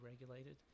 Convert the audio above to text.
regulated